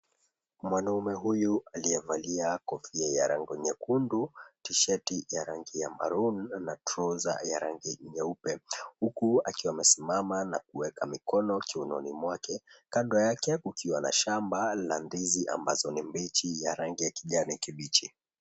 Mwanaume huyu aliyevalia kofia ya rangi nyekundu, tishati ya rangi ya maroon na trouser ya rangi nyeupe. Huku akiwa amesimama na kuweka mikono kiunoni mwake. Kando yake kukiwa na shamba la ndizi ambazo ni mbichi ya rangi ya kijani kibichi.